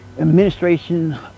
administration